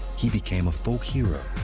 he became a folk hero.